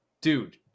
dude